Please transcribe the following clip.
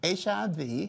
HIV